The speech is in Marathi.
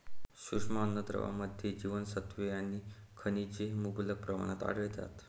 सूक्ष्म अन्नद्रव्यांमध्ये जीवनसत्त्वे आणि खनिजे मुबलक प्रमाणात आढळतात